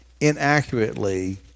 inaccurately